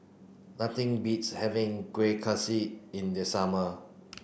nothing beats having Kueh Kaswi in the summer